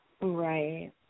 Right